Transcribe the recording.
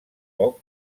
poc